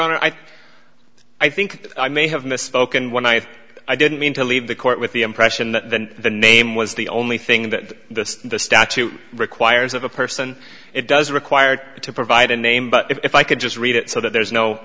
think i think i may have misspoken when i i didn't mean to leave the court with the impression that the name was the only thing that the statute requires of a person it doesn't require to provide a name but if i could just read it so that there's no